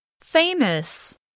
Famous